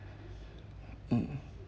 mm